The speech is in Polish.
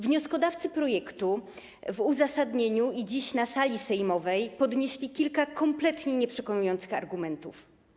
Wnioskodawcy projektu w uzasadnieniu i dziś na sali sejmowej podnieśli kilka kompletnie nieprzekonujących argumentów.